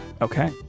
okay